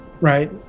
right